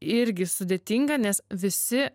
irgi sudėtinga nes visi